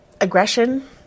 aggression